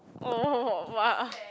oh !wah!